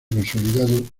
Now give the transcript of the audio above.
consolidado